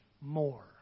more